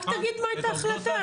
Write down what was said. רק תגיד מה הייתה ההחלטה,